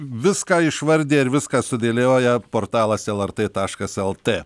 viską išvardija ir viską sudėlioja portalas el er tė taškas el tė